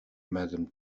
madame